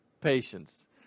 patience